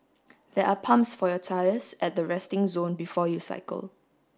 there are pumps for your tyres at the resting zone before you cycle